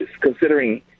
considering